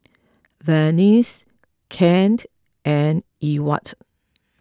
Vernice Kent and Ewart